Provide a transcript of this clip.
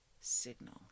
signal